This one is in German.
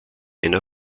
einer